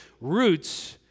roots